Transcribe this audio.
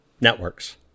networks